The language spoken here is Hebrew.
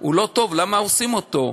הוא לא טוב, למה עושים אותו?